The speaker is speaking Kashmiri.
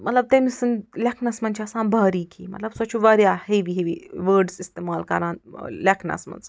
مطلب تٔمۍ سٕنٛدۍ لٮ۪کھنس منٛز چھِ آسان باریکھی مطلب سۄ چھِ وارِیاہ ہیٚوی ہیٚوی وٲڈٕس استعمال کَران لٮ۪کھنس منٛز